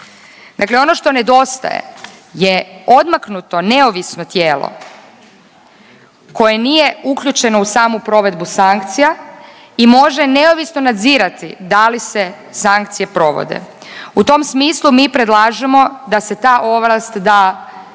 Dakle ono što nedostaje ne odmaknuto, neovisno tijelo koje nije uključeno u samu provedbu sankcija i može neovisno nadzirati da li se sankcije provode. U tom smislu mi predlažemo da se ta ovlast da Hrvatskom